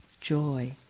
joy